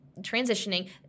transitioning